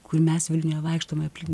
kur mes vilniuje vaikštome aplink